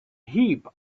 heap